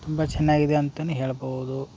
ತುಂಬ ಚೆನ್ನಾಗಿದೆ ಅಂತನು ಹೇಳ್ಬೌದು